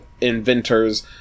inventors